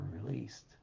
released